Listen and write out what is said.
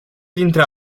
dintre